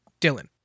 Dylan